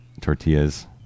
tortillas